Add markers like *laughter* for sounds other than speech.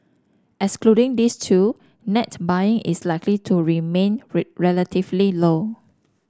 excluding these two net buying is likely to remain *unintelligible* relatively low